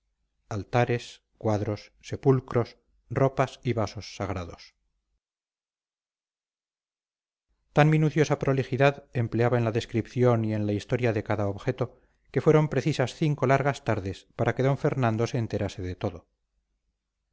altares cuadros sepulcros ropas y vasos sagrados tan minuciosa prolijidad empleaba en la descripción y en la historia de cada objeto que fueron precisas cinco largas tardes para que d fernando se enterase de todo